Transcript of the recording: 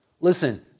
Listen